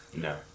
No